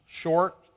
short